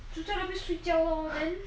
就在那边睡觉 lor